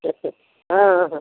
अच्छा हाँ हाँ